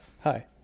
Hi